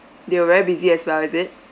they were very busy as well is it